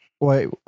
Wait